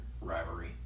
rivalry